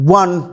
one